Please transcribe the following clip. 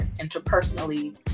interpersonally